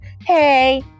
hey